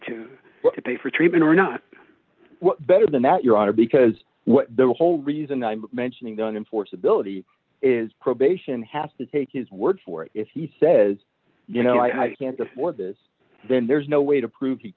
to to pay for treatment or not better than that your honor because the whole reason i'm mentioning done in force ability is probation has to take his word for it if he says you know i can't afford this then there's no way to prove